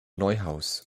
neuhaus